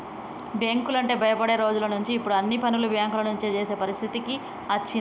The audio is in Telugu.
బ్యేంకులంటే భయపడే రోజులనుంచి ఇప్పుడు అన్ని పనులు బ్యేంకుల నుంచే జేసే పరిస్థితికి అచ్చినం